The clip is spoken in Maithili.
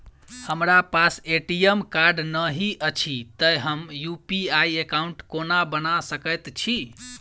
हमरा पास ए.टी.एम कार्ड नहि अछि तए हम यु.पी.आई एकॉउन्ट कोना बना सकैत छी